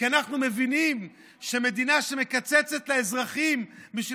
כי אנחנו מבינים שמדינה שמקצצת לאזרחים בשביל